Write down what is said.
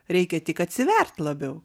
reikia tik atsivert labiau